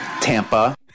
Tampa